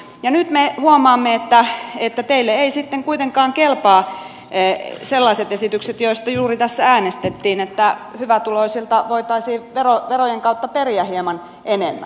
nyt me huomaamme että teille eivät sitten kuitenkaan kelpaa sellaiset esitykset joista tässä juuri äänestettiin että hyvätuloisilta voitaisiin verojen kautta periä hieman enemmän